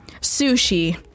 sushi